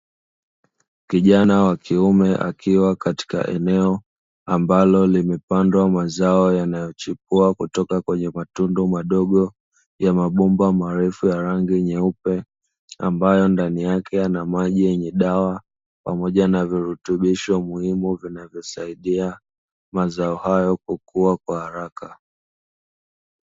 Kijana wa kiume akiwa katika eneo ambalo limepandwa mazao yanayochipua kutoka kwenye matundu madogo ya mabomba marefu ya rangi nyeupe, ambayo ndani yake na maji yenye dawa pamoja na virutubisho muhimu vinavyosaidia mazao hayo kukua kwa haraka.